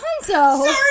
Sorry